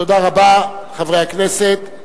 תודה רבה, חברי הכנסת.